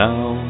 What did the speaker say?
Now